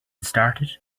started